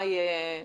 מה יהיה ההבדל?